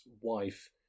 wife